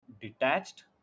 detached